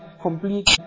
complete